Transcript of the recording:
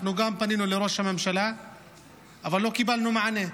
אנחנו גם פנינו לראש הממשלה אבל לא קיבלנו מענה.